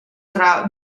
tra